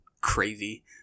crazy